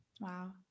wow